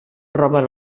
roben